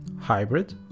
hybrid